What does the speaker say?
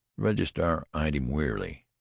registrar eyed him wearily.